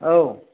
औ